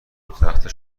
تخته